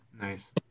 Nice